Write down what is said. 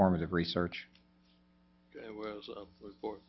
formative research for